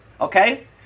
Okay